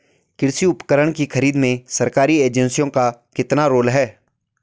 कृषि उपकरण की खरीद में सरकारी एजेंसियों का कितना रोल है?